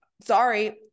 Sorry